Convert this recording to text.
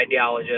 ideologist